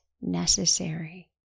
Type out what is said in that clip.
necessary